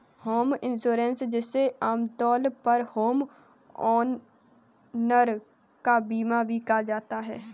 home insurance जिसे आमतौर पर होमओनर का बीमा भी कहा जाता है